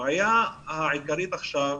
הבעיה העיקרית עכשיו,